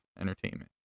entertainment